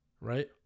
right